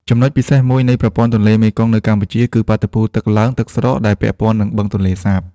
ចំណុចពិសេសមួយនៃប្រព័ន្ធទន្លេមេគង្គនៅកម្ពុជាគឺបាតុភូតទឹកឡើងទឹកស្រកដែលពាក់ព័ន្ធនឹង បឹងទន្លេសាប។